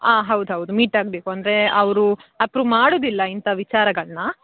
ಹಾಂ ಹೌದು ಹೌದು ಮೀಟ್ ಆಗಬೇಕು ಅಂದರೆ ಅವರು ಅಪ್ರೂವ್ ಮಾಡೋದಿಲ್ಲ ಇಂಥ ವಿಚಾರಗಳನ್ನ